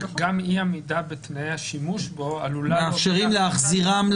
גם אי-עמידה בתנאי השימוש בו עלולה --- מאפשרת להחזירם,